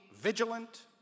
vigilant